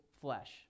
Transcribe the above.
flesh